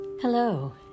Hello